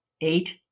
Eight